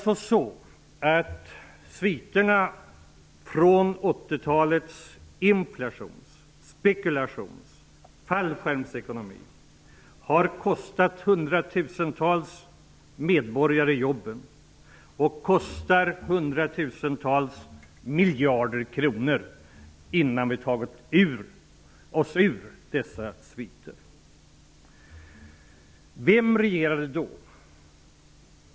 Sviterna från 80-talets inflations-, spekulations och fallskärmsekonomi har alltså kostat hundratusentals medborgare jobben och kommer att kosta hundratusentals miljarder kronor innan vi har övervunnit dem. Vem regerade då?